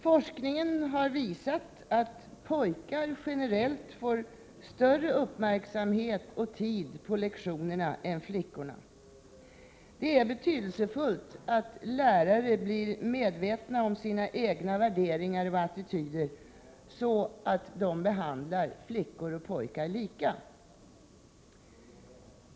Forskningen har visat att pojkar generellt ägnas större uppmärksamhet och mer tid än flickorna på lektionerna. Det är betydelsefullt att lärare blir medvetna om sina egna värderingar och attityder, så att de behandlar flickor och pojkar lika.